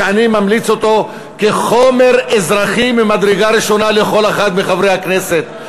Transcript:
ואני ממליץ אותו כחומר אזרחי ממדרגה ראשונה לכל אחד מחברי הכנסת.